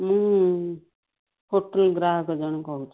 ମୁଁ ହୋଟେଲ ଗ୍ରାହକ ଜଣେ କହୁଛି